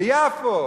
ביפו,